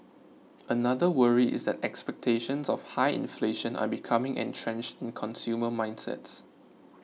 another worry is that expectations of high inflation are becoming entrenched in consumer mindsets